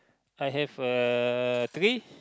I have a kid